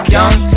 Young